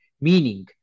meaning